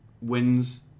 wins